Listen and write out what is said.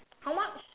how much